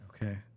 Okay